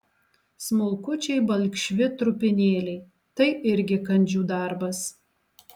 smulkučiai balkšvi trupinėliai tai irgi kandžių darbas